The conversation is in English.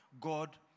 God